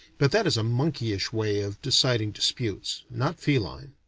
but that is a monkeyish way of deciding disputes, not feline.